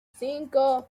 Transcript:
cinco